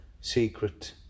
secret